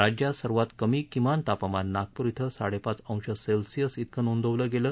राज्यात सर्वात कमी किमान तापमान नागपूर इथं साडेपाच अंश सेल्सियस इतकं नोंदवलं गेलं